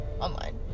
Online